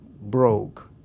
broke